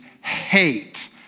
hate